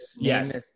yes